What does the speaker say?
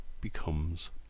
becomes